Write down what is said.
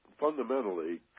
fundamentally